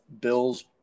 Bills